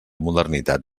modernitat